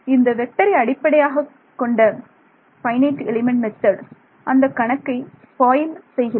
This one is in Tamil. இந்த வெக்டரை அடிப்படையாகக்கொண்ட FEM அந்த கணக்கை ஸ்பாயில் செய்கிறது